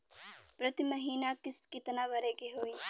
प्रति महीना किस्त कितना भरे के होई?